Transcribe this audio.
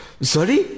Sorry